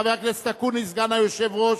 חבר הכנסת אקוניס, סגן היושב-ראש,